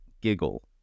giggle